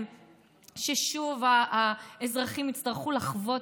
צריך להבין.